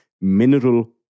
mineral